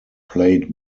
played